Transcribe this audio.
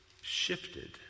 shifted